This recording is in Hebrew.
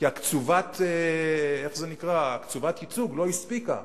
כי קצובת הייצוג לא הספיקה.